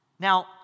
Now